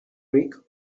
rick